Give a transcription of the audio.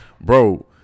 bro